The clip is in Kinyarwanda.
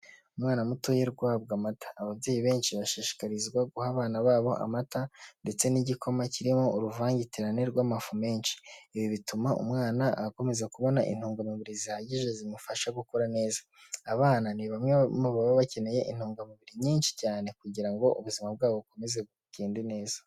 Umwana mutoya guhahabwa amata, ababyeyi benshi bashishikarizwa guha abana babo amata ndetse n'igikoma kirimo uruvangitirane rw'amafu menshi, ibi bituma umwana akomeza kubona intungamubiri zihagije zimufasha gukura neza. Abana ni bamwe mu baba bakeneye intungamubiri nyinshi cyane kugira ngo ubuzima bwabo bukomeze bugende neza.